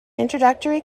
introductory